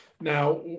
Now